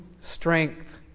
strength